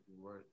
worth